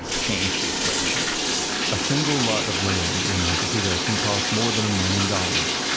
and change the equation a single lot of land in montecito can cost more than a million dollars,